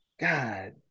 God